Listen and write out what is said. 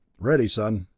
ready son.